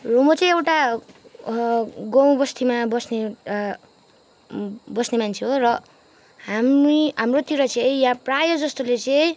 र म चाहिँ एउटा गाउँ बस्तीमा बस्ने बस्ने मान्छे हो र हामी हाम्रोतिर चाहिँ यहाँ प्राय जस्तोले चाहिँ